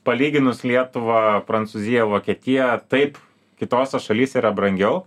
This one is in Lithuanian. palyginus lietuvą prancūziją vokietiją taip kitose šalyse yra brangiau